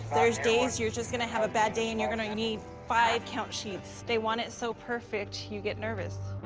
there's days you're just gonna have a bad day, and you're gonna need five count sheets. they want it so perfect, you get nervous.